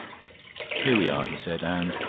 here we are, he said, and,